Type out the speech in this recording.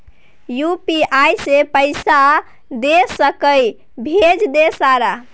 UPI से पैसा दे सके भेज दे सारा?